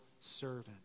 servant